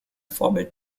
vorbild